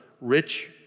rich